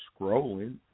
scrolling